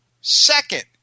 Second